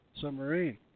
submarine